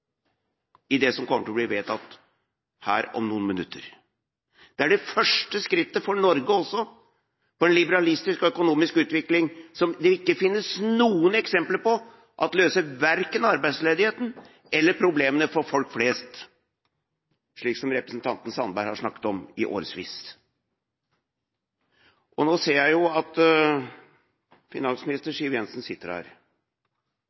i det som kommer til å bli vedtatt her om noen minutter. Det er det første skrittet også for Norge mot en liberalistisk økonomisk utvikling som det ikke finnes noen eksempler på at løser verken arbeidsledigheten eller problemene for folk flest, slik som representanten Sandberg har snakket om i årevis. Nå ser jeg at